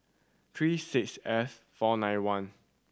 three six F four nine one